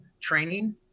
training